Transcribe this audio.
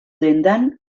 dendan